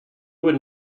would